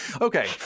Okay